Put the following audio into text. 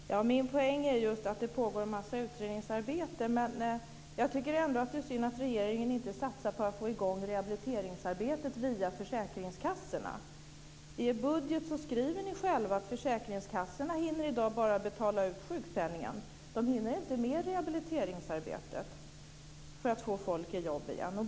Fru talman! Min poäng är just att det pågår en massa utredningsarbete. Jag tycker dock att det är synd att regeringen inte satsar på att få i gång rehabiliteringsarbetet via försäkringskassorna. I er budget skriver ni själva att försäkringskassorna i dag bara hinner betala ut sjukpenningen. De hinner inte med rehabiliteringsarbetet för att få folk i jobb igen.